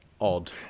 odd